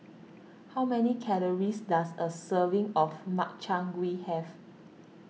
how many calories does a serving of Makchang Gui have